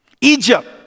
Egypt